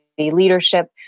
leadership